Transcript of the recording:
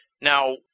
Now